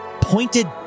pointed